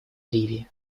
ливии